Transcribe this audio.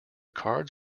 cards